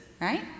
right